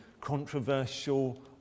controversial